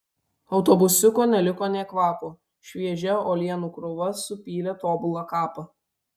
autobusiuko neliko nė kvapo šviežia uolienų krūva supylė tobulą kapą